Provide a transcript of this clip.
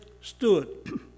stood